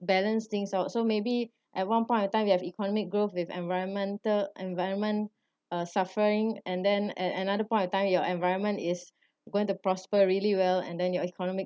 balance things out so maybe at one point of time we have economic growth with environmental environment uh suffering and then at another point of time your environment is going to prosper really well and then your economic